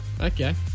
Okay